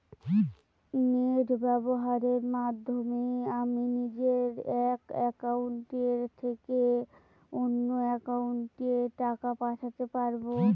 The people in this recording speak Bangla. নেট ব্যবহারের মাধ্যমে আমি নিজে এক অ্যাকাউন্টের থেকে অন্য অ্যাকাউন্টে টাকা পাঠাতে পারব?